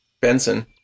Benson